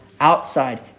outside